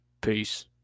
Peace